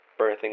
birthing